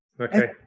Okay